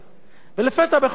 ולפתע בחוק ההסדרים,